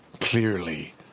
clearly